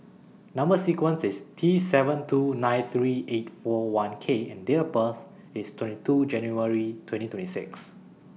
Number sequence IS T seven two nine three eight four one K and Date of birth IS twenty two January twenty twenty six